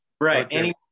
Right